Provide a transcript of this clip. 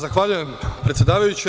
Zahvaljujem, predsedavajuća.